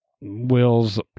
Will's